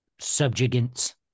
subjugants